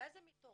מתי זה מתעורר?